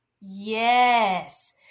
Yes